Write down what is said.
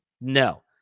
No